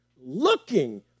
looking